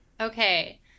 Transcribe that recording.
okay